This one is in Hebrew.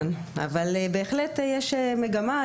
אבל בהחלט יש מגמה,